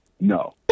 no